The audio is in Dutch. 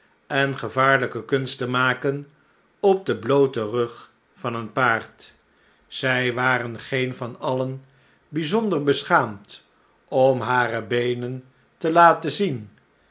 en gevaarlijke kunsten maken op den blooten rug van een paard zy waren geen van alien bijzonder beschaamd om hare beenen te laten zien